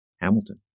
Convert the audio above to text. Hamilton